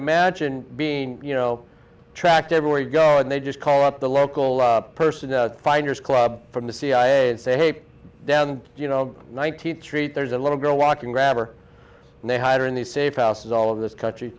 imagine being you know tracked everywhere you go and they just call up the local person finders club from the cia and say hey down you know nineteenth street there's a little girl walking grabber and they hide in these safe houses all of this country